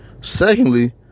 Secondly